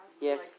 Yes